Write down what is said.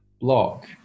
block